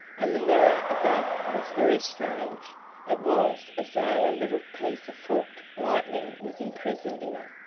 and the mirror above was very strange it was as though a little piece of forked lightning was imprisoned in it.